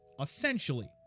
essentially